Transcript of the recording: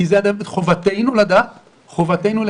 כי זו חובתנו לדעת ולטפל.